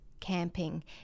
camping